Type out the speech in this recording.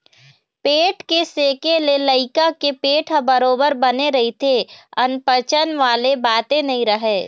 पेट के सेके ले लइका के पेट ह बरोबर बने रहिथे अनपचन वाले बाते नइ राहय